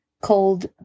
called